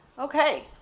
Okay